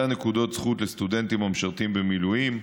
מתן נקודות זכות לסטודנטים המשרתים במילואים,